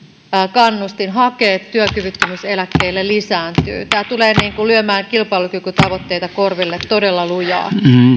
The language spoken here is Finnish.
kannustin hakea työkyvyttömyyseläkkeelle lisääntyy tämä tulee lyömään kilpailukykytavoitteita korville todella lujaa